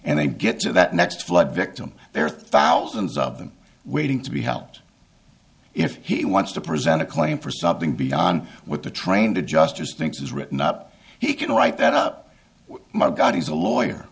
and they get to that next flood victim there are thousands of them waiting to be helped if he wants to present a claim for something beyond what the trained adjustors thinks is written up he can write that up my god he's a lawyer